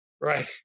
Right